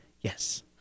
yes